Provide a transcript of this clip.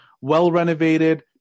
well-renovated